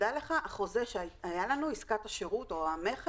תדע לך, החוזה שהיה לנו, עסקת השירות או המכר,